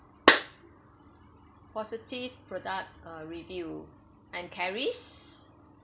positive product uh review enquiries